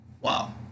Wow